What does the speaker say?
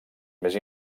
més